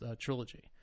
trilogy